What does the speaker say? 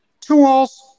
Tools